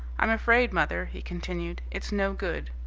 i'm afraid, mother, he continued, it's no good.